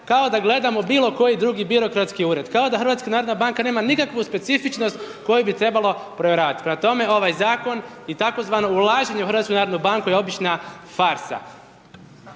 ako da gledamo bilokoji drugi birokratski ured, kao da HNB nema nikakvu specifičnost koju bi trebalo provjeravati, prema tome, ovaj zakon i tzv. ulaženje u HNB je obična farsa.